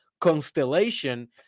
constellation